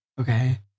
Okay